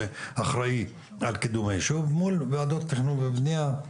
שאחראי על קידום הישוב מול ועדות תכנון ובנייה.